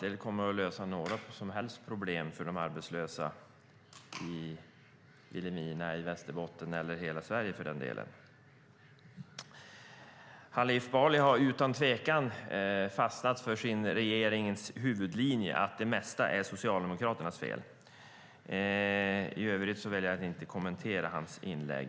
det kommer att lösa något som helst problem för de arbetslösa i Vilhelmina, Västerbotten eller hela Sverige om vi käbblar här i kammaren. Hanif Bali har utan tvekan fastnat för sin regerings huvudlinje, nämligen att det mesta är Socialdemokraternas fel. I övrigt väljer jag att inte kommentera hans inlägg.